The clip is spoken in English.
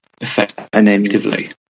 effectively